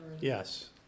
Yes